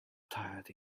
tired